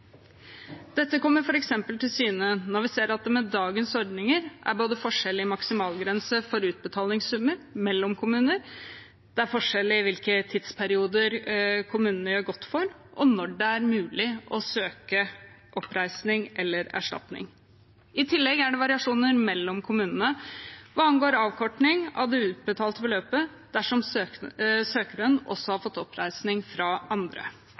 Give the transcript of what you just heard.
Dette kommer f.eks. til syne når vi ser at det med dagens ordninger både er forskjell i maksimalgrense for utbetalingssummer mellom kommuner, forskjell i hvilke tidsperioder kommunene godtgjør for, og når det er mulig å søke oppreisning eller erstatning. I tillegg er det variasjoner mellom kommunene hva angår avkorting av det utbetalte beløpet dersom søkeren også har fått oppreisning fra andre.